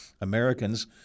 Americans